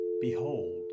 Behold